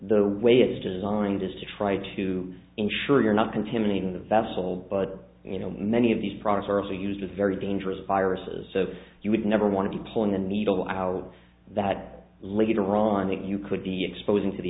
the way it's designed is to try to ensure you're not contaminating the vessel but you know many of these products are also used with very dangerous viruses so you would never want to be pulling a needle out that later on that you could be exposing to the